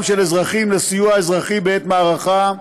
של אזרחים לסיוע אזרחי בעת מערכה,